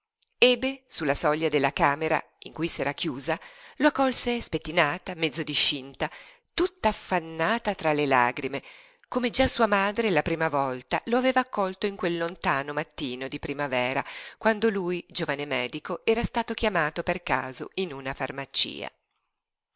su la soglia della camera in cui s'era chiusa lo accolse spettinata mezzo discinta tutta affannata tra le lagrime come già sua madre la prima volta lo aveva accolto in quel lontano mattino di primavera quando lui giovane medico era stato chiamato per caso in una farmacia